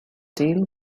deal